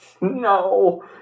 no